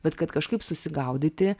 bet kad kažkaip susigaudyti